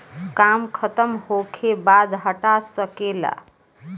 काम खतम होखे बाद हटा सके ला